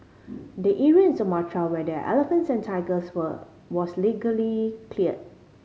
the area in Sumatra where the elephants and tigers were was illegally cleared